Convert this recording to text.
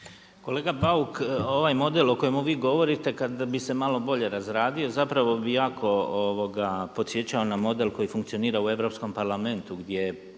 Kolega Bauk, ovaj model o kojemu vi govorite kada bi se malo bolje razradio zapravo bi jako podsjećao na model koji funkcionira u Europskom parlamentu gdje